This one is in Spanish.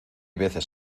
veces